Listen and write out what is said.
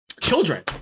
children